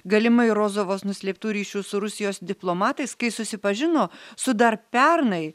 galimai rozovos nuslėptų ryšių su rusijos diplomatais kai susipažino su dar pernai